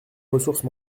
ressources